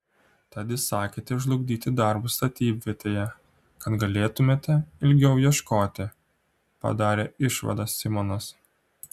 tad įsakėte žlugdyti darbus statybvietėje kad galėtumėte ilgiau ieškoti padarė išvadą simonas